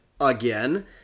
again